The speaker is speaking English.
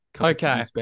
Okay